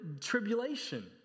tribulation